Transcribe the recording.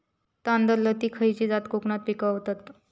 तांदलतली खयची जात कोकणात पिकवतत?